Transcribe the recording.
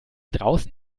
draußen